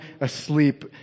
asleep